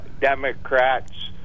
Democrats